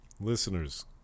Listeners